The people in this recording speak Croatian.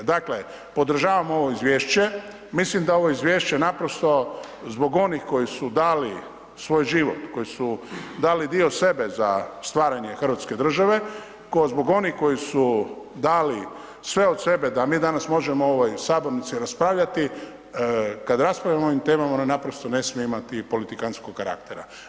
Dakle, podržavam ovo izvješće, mislim da ovo izvješće naprosto zbog onih koji su dali svoj život, koji su dali dio sebe za stvaranje Hrvatske države, zbog onih koji su dali sve od sebe da mi danas možemo u ovoj sabornici raspravljati, kad raspravljamo o ovim temama ona naprosto ne smije imati politikantskog karaktera.